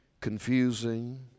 confusing